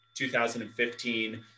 2015